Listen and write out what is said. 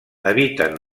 eviten